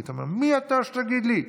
היית אומר, מי אתה שתגיד לי?